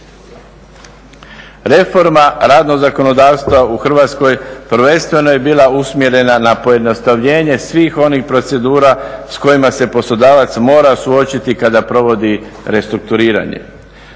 Reforma radnog zakonodavstva u Hrvatskoj prvenstveno je bila usmjerena na pojednostavljenje svih onih procedura s kojima se poslodavac mora suočiti kada provodi restruktuiranje.